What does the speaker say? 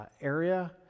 area